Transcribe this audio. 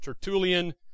Tertullian